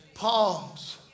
Palms